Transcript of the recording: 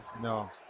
No